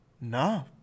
No